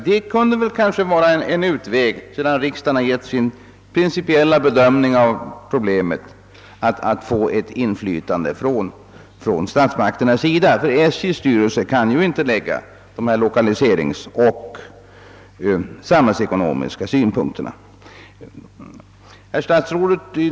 Det kunde kanske vara en utväg, sedan riksdagen gett uttryck för sin principiella bedömning av problemet, att få till stånd ett inflytande från statsmakternas sida. SJ:s styrelse kan ju inte lägga lokaliseringspolitiska och samhällsekonomiska synpunkter på sådana frågor.